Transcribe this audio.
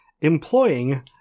employing